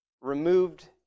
removed